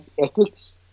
ethics